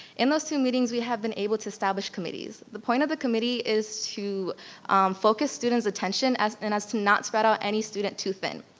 in those two meetings we have been able to establish committees. the point of the committee is to focus students' attention and as to not spread out any student too thin.